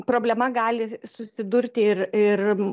problema gali susidurti ir ir